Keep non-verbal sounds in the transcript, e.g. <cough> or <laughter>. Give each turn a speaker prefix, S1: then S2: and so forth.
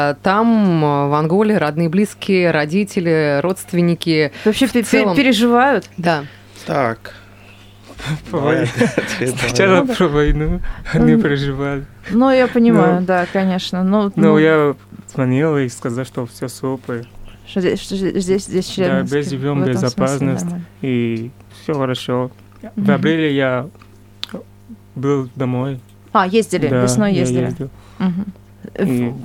S1: А, там, а, в Анголе родные, близкие, родители, родственники?
S2: Вообще
S1: В
S2: пе- пе-
S1: целом-
S2: переживают?
S1: Да.
S3: Так.
S4: <laughs> Во-
S3: Давай
S4: вой-
S3: ответ, давай.
S4: Сначала
S2: Ну да.
S4: <laughs> про войну они
S2: Ну,
S4: <laughs> переживали.
S2: ну, я
S4: Ну,
S2: понимаю, да, конечно. Ну,
S4: ну,
S2: ну.
S4: я звонил и сказал, что всё супер.
S2: Что здесь- что здесь- здесь
S4: Да,
S2: Челябинск
S4: без
S2: в
S4: вин,
S2: этом
S4: безопасность,
S2: смысле нормально.
S4: и всё хорошо. В
S2: Мгм.
S4: апреле я был домой.
S2: А, ездили,
S4: Да,
S2: весной
S4: я
S2: ездили.
S4: ездил.
S2: Мгм.
S4: И-